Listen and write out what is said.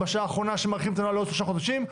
בשעה האחרונה שמאריכים את הנוהל לעוד שלושה חודשים?